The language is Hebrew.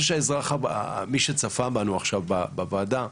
מי שצפה בנו עכשיו בוועדה,